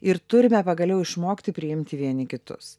ir turime pagaliau išmokti priimti vieni kitus